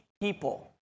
people